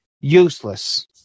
useless